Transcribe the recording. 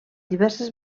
diverses